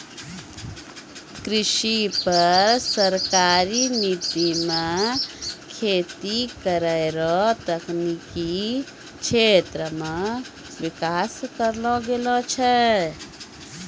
कृषि पर सरकारी नीति मे खेती करै रो तकनिकी क्षेत्र मे विकास करलो गेलो छै